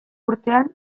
urtean